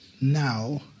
now